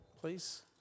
please